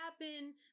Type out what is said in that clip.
happen